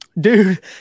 Dude